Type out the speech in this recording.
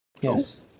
Yes